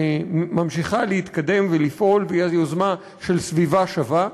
שממשיכה להתקדם ולפעול, היוזמה של "סביבה שווה",